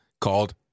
called